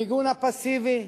המיגון הפסיבי,